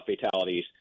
fatalities